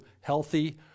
healthy